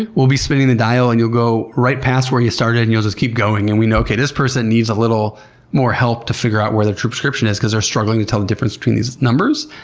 and we'll be spinning the dial and you'll go right past where you started, and you'll just keep going. and we know, okay, this person needs a little more help to figure out where the prescription prescription is because they're struggling to tell the difference between these numbers.